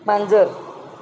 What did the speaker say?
मांजर